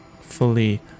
Fully